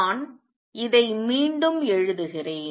நான் இதை மீண்டும் எழுதுகிறேன்